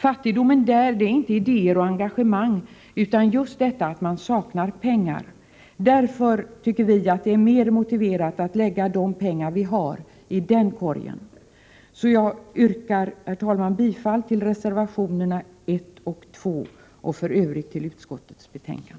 Fattigdomen där är inte brist på idéer och engagemang, utan just detta att man saknar pengar. Därför tycker vi att det är mer motiverat att lägga de pengar vi har i denna korg. Jag yrkar, herr talman, bifall till reservationerna 1 och 2 och i övrigt till utskottets hemställan.